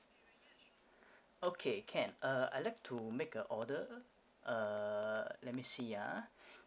okay can uh I like to make a order uh let me see ah